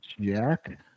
Jack